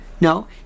no